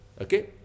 okay